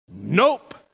Nope